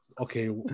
Okay